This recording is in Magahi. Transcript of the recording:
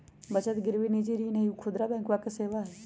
बचत गिरवी निजी ऋण ई सब खुदरा बैंकवा के सेवा हई